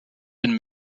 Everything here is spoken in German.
den